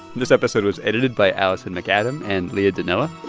this episode was edited by alison macadam and leah donnella